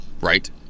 right